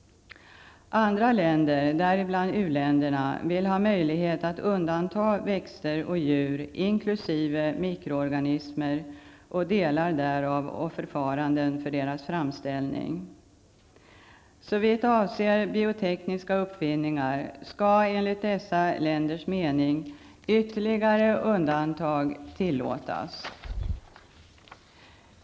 Andra länder, däribland u-länderna, vill ha möjlighet att undanta växter och djur, inkl. mikroorganismer, och delar därav och förfaranden för deras framställning. Såvitt avser biotekniska uppfinningar skall enligt dessa länders mening ytterligare undantag tillåtas.